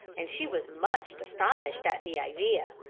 and she was much astonished at the idea.